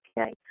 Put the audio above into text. okay